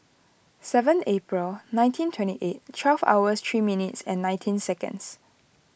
seven April nineteen twenty eight twelve hours three minutes nineteen seconds